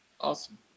Awesome